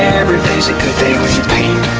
and every day's a good day when you paint